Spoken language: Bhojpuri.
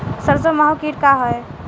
सरसो माहु किट का ह?